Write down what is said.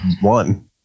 one